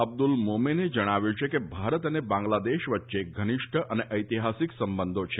અબ્દુલ મોમેને જણાવ્યું છે કે ભારત અને બાંગ્લાદેશ વચ્ચે ઘનીષ્ઠ અને ઐતિહાસિક સંબંધો છે